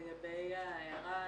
לגבי ההערה.